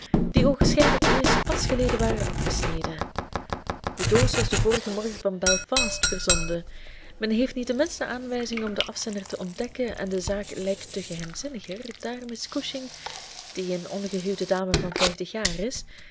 die oogenschijnlijk eerst pas geleden waren afgesneden de doos was den vorigen morgen van belfast verzonden men heeft niet de minste aanwijzing om den afzender te ontdekken en de zaak lijkt te geheimzinniger daar miss cushing die een ongehuwde dame van vijftig jaar